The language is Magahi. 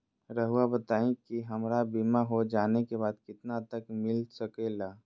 रहुआ बताइए कि हमारा बीमा हो जाने के बाद कितना तक मिलता सके ला?